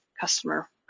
customer